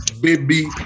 baby